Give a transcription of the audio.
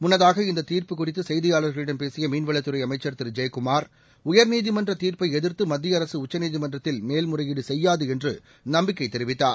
முன்னதாக இந்த தீர்ப்பு குறித்து செய்தியாளர்களிடம் பேசிய மீன்வளத்துறை அமைச்சா் திரு ஜெயக்குமார் உயர்நீதிமன்ற தீர்ப்பை எதிர்த்து மத்திய அரசு உச்சநீதிமன்றத்தில் மேல்முறையீடு செய்யாது என்று நம்பிக்கை தெரிவித்தார்